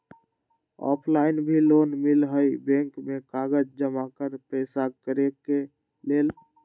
Offline भी loan मिलहई bank में कागज जमाकर पेशा करेके लेल?